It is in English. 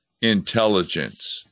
Intelligence